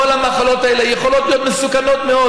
כל המחלות האלה יכולות להיות מסוכנות מאוד,